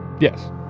Yes